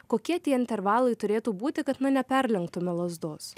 kokie tie intervalai turėtų būti kad na neperlenktume lazdos